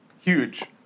huge